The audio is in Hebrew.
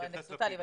לא אנקדוטלי,